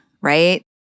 right